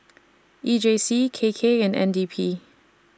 E J C K K and N D P